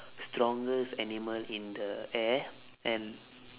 strongest animal in the air and